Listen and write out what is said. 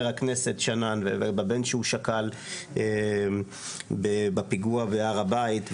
הכנסת שנאן ובבן שהוא שכל בפיגוע בהר הבית,